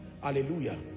Hallelujah